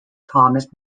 thomas